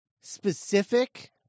specific